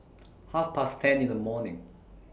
Half Past ten in The morning